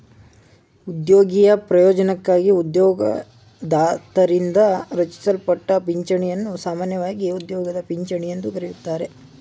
ಉದ್ಯೋಗಿಯ ಪ್ರಯೋಜ್ನಕ್ಕಾಗಿ ಉದ್ಯೋಗದಾತರಿಂದ ರಚಿಸಲ್ಪಟ್ಟ ಪಿಂಚಣಿಯನ್ನು ಸಾಮಾನ್ಯವಾಗಿ ಉದ್ಯೋಗದ ಪಿಂಚಣಿ ಎಂದು ಕರೆಯುತ್ತಾರೆ